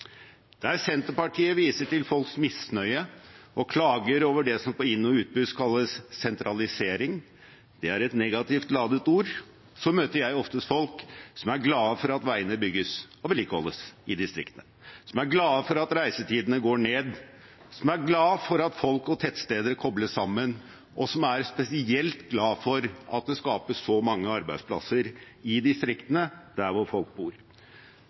Der Senterpartiet viser til folks misnøye og klager over det som på inn- og utpust kalles «sentralisering» – det er et negativt ladet ord – møter jeg oftest folk som er glad for at veiene bygges og vedlikeholdes i distriktene, som er glad for at reisetidene går ned, som er glad for at folk og tettsteder kobles sammen, og som er spesielt glad for at det skapes så mange arbeidsplasser i distriktene, der hvor folk bor.